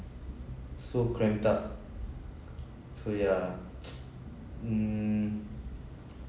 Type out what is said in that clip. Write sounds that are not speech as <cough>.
so cramped up so yeah <noise> mm